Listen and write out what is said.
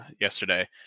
yesterday